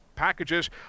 packages